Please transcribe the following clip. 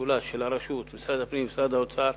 משולש של הרשות, משרד הפנים ומשרד האוצר,